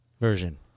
version